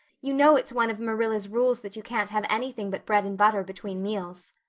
you know it's one of marilla's rules that you can't have anything but bread and butter between meals.